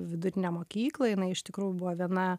vidurinę mokyklą jinai iš tikrųjų buvo viena